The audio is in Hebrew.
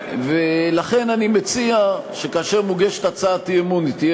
לכן אני מציע שכאשר מוגשת הצעת אי-אמון היא תהיה